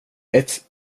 ett